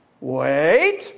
Wait